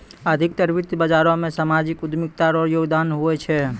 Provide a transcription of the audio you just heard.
अधिकतर वित्त बाजारो मे सामाजिक उद्यमिता रो योगदान हुवै छै